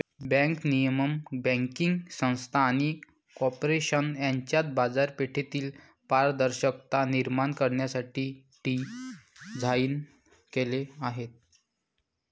bank नियमन banking संस्था आणि कॉर्पोरेशन यांच्यात बाजारपेठेतील पारदर्शकता निर्माण करण्यासाठी डिझाइन केलेले आहे